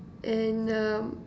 and um